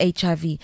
HIV